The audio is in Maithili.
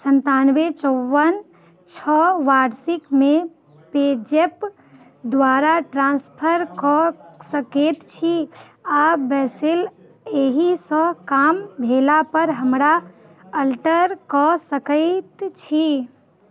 सनतानवे चौवन छओ वार्षिकमे पेजैप द्वारा ट्रान्सफर कऽ सकै छी आओर बैलेन्स एहिसँ कम भेलापर हमरा अलर्ट कऽ सकै छी